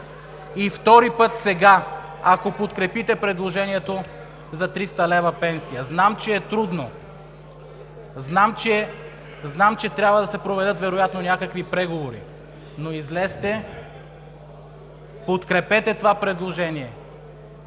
и втори път сега, ако подкрепите предложението за 300 лв. пенсия. (Шум и реплики.) Знам, че е трудно, знам, че трябва да се проведат вероятно някакви преговори, но излезте и подкрепете това предложение.